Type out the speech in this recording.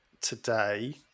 today